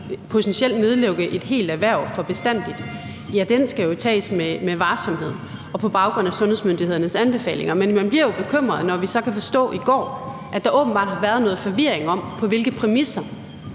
potentielt nedlukke et helt erhverv for bestandigt, skal jo tages med varsomhed og på baggrund af sundhedsmyndighedernes anbefalinger. Men man bliver jo bekymret, når vi så kan forstå i går, at der åbenbart har været noget forvirring om, hvilke præmisser